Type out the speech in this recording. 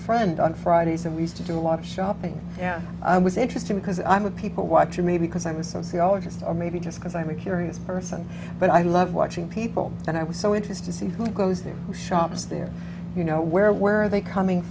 friend on fridays and we used to do a lot of shopping and it was interesting because i'm a people watcher me because i'm a sociologist or maybe just because i'm a curious person but i love watching people and i was so interested in who goes there who shops there you know where were they coming